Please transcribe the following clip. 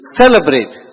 celebrate